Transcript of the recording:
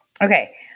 okay